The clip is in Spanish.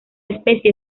especie